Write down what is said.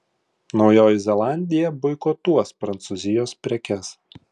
naujoji zelandija boikotuos prancūzijos prekes